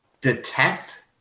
detect